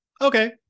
okay